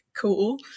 cool